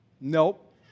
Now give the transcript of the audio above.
nope